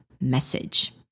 message